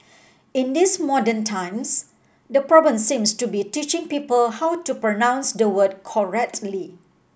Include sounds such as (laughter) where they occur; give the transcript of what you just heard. in these modern times the problem seems to be teaching people how to pronounce the word (unintelligible)